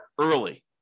early